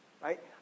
right